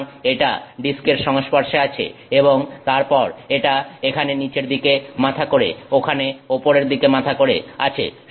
সুতরাং এটা ডিস্কের সংস্পর্শে আছে এবং তারপর এটা এখানে নিচের দিকে মাথা করে ওখানে উপরের দিকে মাথা করে আছে